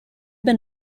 been